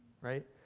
right